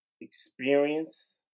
experience